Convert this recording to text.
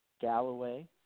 Galloway